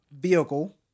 vehicle